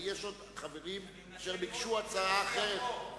ויש עוד חברים אשר ביקשו הצעה אחרת,